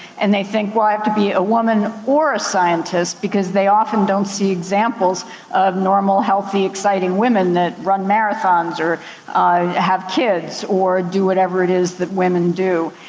and they think well i have to be a woman or a scientist, because they often don't see examples of normal, healthy, exciting women that run marathons or have kids or do whatever it is that women do.